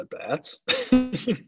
at-bats